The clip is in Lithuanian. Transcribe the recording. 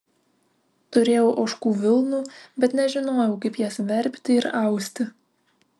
turėjau ožkų vilnų bet nežinojau kaip jas verpti ir austi